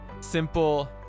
simple